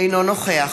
אינו נוכח